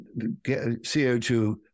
CO2